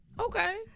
Okay